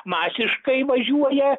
masiškai važiuoja